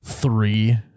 Three